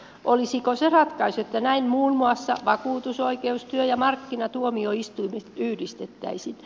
olisiko se ratkaisu että näin muun muassa vakuutusoikeus työ ja markkinatuomioistuimet yhdistettäisiin